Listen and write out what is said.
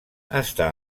està